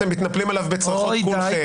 אתם מתנפלים עליו בצרחות כולכם.